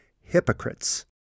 hypocrites